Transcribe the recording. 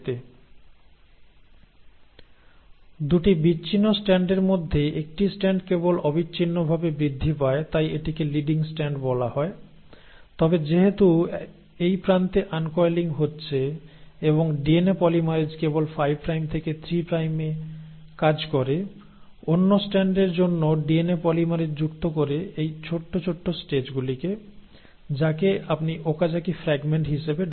2 টি বিচ্ছিন্ন স্ট্র্যান্ডের মধ্যে একটি স্ট্র্যান্ড কেবল অবিচ্ছিন্নভাবে বৃদ্ধি পায় তাই এটিকে লিডিং স্ট্র্যান্ড বলা হয় তবে যেহেতু এই প্রান্তে আনকয়েলিং হচ্ছে এবং ডিএনএ পলিমারেজ কেবল 5 প্রাইম থেকে 3 প্রাইমে কাজ করে অন্য স্ট্র্যান্ডের জন্য ডিএনএ পলিমারেজ যুক্ত করে এই ছোট ছোট স্ট্রেচগুলিকে যাকে আপনি ওকাজাকি ফ্রাগমেন্ট হিসাবে ডাকেন